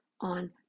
on